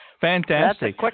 Fantastic